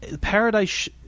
paradise